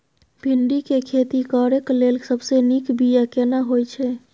भिंडी के खेती करेक लैल सबसे नीक बिया केना होय छै?